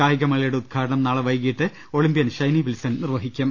കായികമേളയുടെ ഉദ്ഘാടനം നാളെ വൈകീട്ട് ഒളിമ്പൃൻ ഷൈനി വിൽസൺ നിർവഹിക്കും